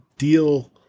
deal